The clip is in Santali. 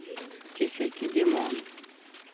ᱡᱮᱭᱥᱮ ᱠᱤ ᱡᱮᱢᱚᱱ